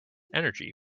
energy